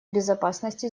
безопасности